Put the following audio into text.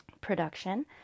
production